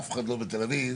אף אחד לא בתל אביב,